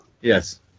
Yes